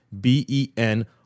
b-e-n